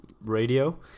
radio